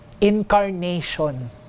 incarnation